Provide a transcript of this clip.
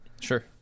Sure